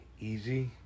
Easy